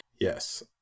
Yes